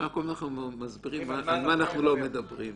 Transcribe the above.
קודם אנחנו אומרים על מה אנחנו לא מדברים.